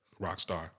Rockstar